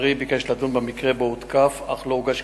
2010): לאור התנאים שמקבלים